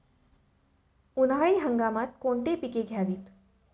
उन्हाळी हंगामात कोणती पिके घ्यावीत?